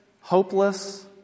hopeless